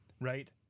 right